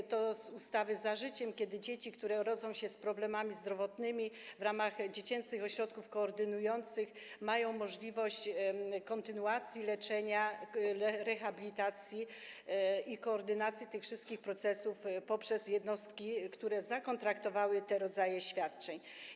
Ma to związek z ustawą „Za życiem” i dotyczy sytuacji, kiedy dzieci, które rodzą się z problemami zdrowotnymi, w ramach dziecięcych ośrodków koordynujących, mają możliwość kontynuacji leczenia, rehabilitacji i koordynacji tych wszystkich procesów poprzez jednostki, które zakontraktowały te rodzaje świadczeń.